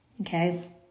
okay